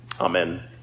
Amen